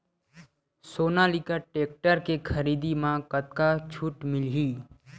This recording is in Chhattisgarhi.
सोनालिका टेक्टर के खरीदी मा कतका छूट मीलही?